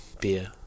beer